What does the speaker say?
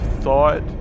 thought